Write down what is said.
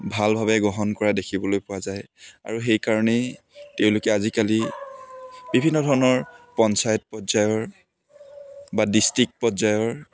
ভালভাৱে গ্ৰহণ কৰা দেখিবলৈ পোৱা যায় আৰু সেইকাৰণেই তেওঁলোকে আজিকালি বিভিন্ন ধৰণৰ পঞ্চায়ত পৰ্যায়ৰ বা ডিষ্ট্ৰিক পৰ্যায়ৰ